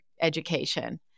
education